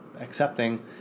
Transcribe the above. accepting